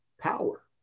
Power